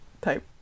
type